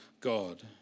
God